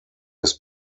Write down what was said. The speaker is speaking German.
ist